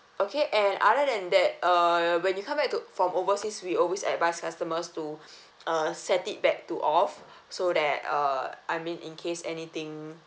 okay and other than that uh when you come back to from overseas we always advise customers to uh set it back to off so that uh I mean in case anything